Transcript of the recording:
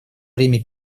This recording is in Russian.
время